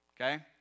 okay